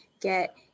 get